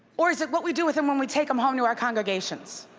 or is it what we do with them when we take them home to our congregations?